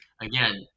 Again